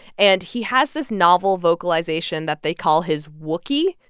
and he has this novel vocalization that they call his wookiee,